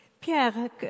Pierre